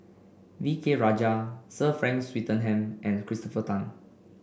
V K Rajah Sir Frank Swettenham and Christopher Tan